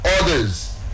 others